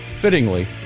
fittingly